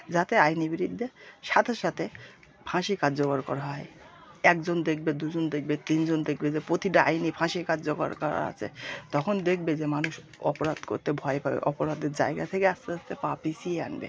যাতে আইনের বিরুদ্ধে সাথে সাথে ফাঁসি কার্যকর করা হয় একজন দেখবে দুজন দেখবে তিনজন দেখবে যে প্রতিটা আইন ই ফাঁসি কার্যকর করা আছে তখন দেখবে যে মানুষ অপরাধ করতে ভয় পাবে অপরাধের জায়গা থেকে আস্তে আস্তে পা পিছিয়ে আনবে